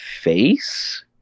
face